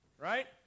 right